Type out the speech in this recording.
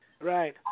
Right